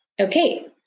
Okay